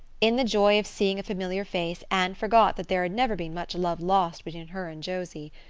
in the joy of seeing a familiar face anne forgot that there had never been much love lost between her and josie.